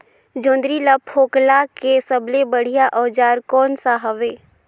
जोंदरी ला फोकला के सबले बढ़िया औजार कोन सा हवे?